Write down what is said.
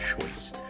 choice